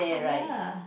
ya